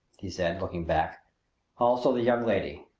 he said, looking back also the young lady.